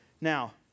Now